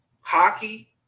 hockey